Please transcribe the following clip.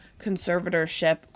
conservatorship